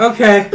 Okay